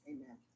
Amen